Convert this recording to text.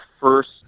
first